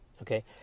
okay